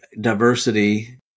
diversity